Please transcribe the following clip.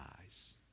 eyes